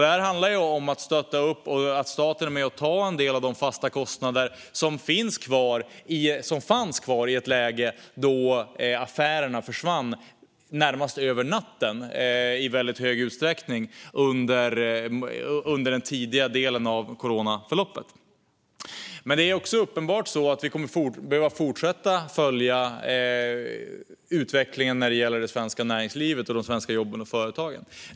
Detta handlar om att stötta upp och om att staten är med och tar en del av de fasta kostnader som fanns kvar i ett läge under den tidiga delen av coronaförloppet där affärerna i stor utsträckning försvann närmast över natten. Det är också uppenbart att vi kommer att behöva fortsätta följa utvecklingen när det gäller det svenska näringslivet och de svenska jobben och företagen.